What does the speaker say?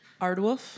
Ardwolf